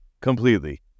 completely